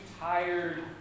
tired